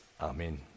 Amen